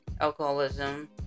alcoholism